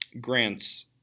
grants